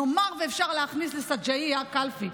נאמר שאפשר להכניס לשג'אעיה קלפי,